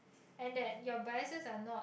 and that your bias are not